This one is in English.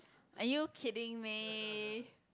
are you kidding me